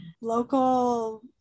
local